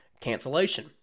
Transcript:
cancellation